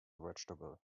vegetable